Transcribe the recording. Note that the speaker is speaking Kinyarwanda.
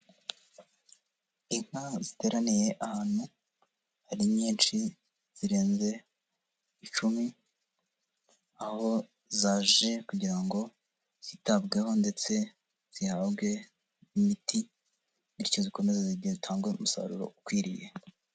Inka ziteraniye ahantu ari nyinshi zirenze icumi, aho zaje kugira ngo zitabweho ndetse zihabwe n'imiti, bityo zikomeze zitange umusaruro ukwiriye.